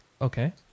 Okay